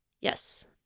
Yes